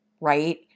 right